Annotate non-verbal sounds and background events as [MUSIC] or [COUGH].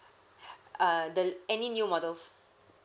[BREATH] uh the any new models